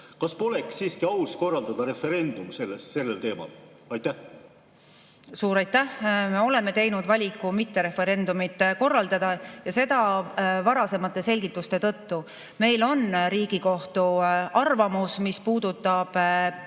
Kas poleks siiski aus korraldada referendum sellel teemal? Suur aitäh! Me oleme teinud valiku mitte referendumit korraldada, ja seda varasemate selgituste tõttu. Meil on Riigikohtu arvamus, mis puudutab